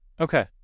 Okay